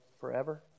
forever